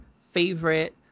favorite